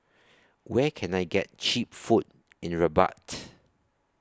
Where Can I get Cheap Food in Rabat